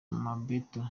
mobetto